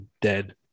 dead